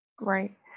right